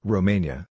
Romania